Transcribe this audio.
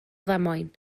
ddamwain